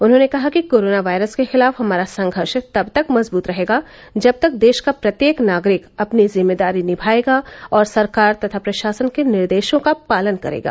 उन्होंने कहा कि कोरोना वायरस के खिलाफ हमारा संघर्ष तब तक मजबूत रहेगा जब तक देश का प्रत्येक नागरिक अपनी जिम्मेदारी निभायेगा और सरकार तथा प्रशासन के निर्देशों का पालन करेगा